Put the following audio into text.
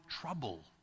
trouble